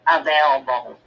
available